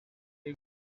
you